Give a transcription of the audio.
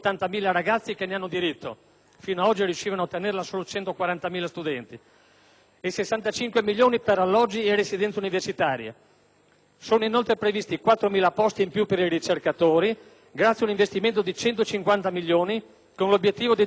(fino a oggi riuscivano a ottenerla solo 140.000 studenti) e 65 milioni per alloggi e residenze universitarie. Sono inoltre previsti 4.000 posti in più per i ricercatori, grazie a un investimento di 150 milioni, con l'obiettivo di diminuire l'età media dei docenti.